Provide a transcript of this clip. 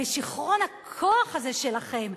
ושיכרון הכוח הזה שלכם,